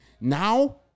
now